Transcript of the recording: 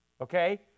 okay